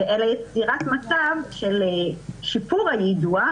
אלא יצירת מצב של שיפור היידוע,